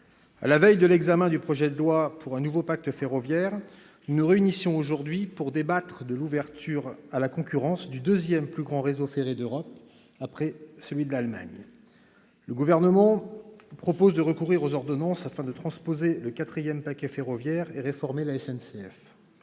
à la veille de l'examen du projet de loi pour un nouveau pacte ferroviaire, nous nous réunissons aujourd'hui pour débattre de l'ouverture à la concurrence du deuxième plus grand réseau ferré d'Europe, après celui de l'Allemagne. Le Gouvernement propose de recourir aux ordonnances pour transposer le quatrième paquet ferroviaire et réformer la SNCF.